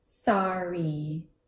sorry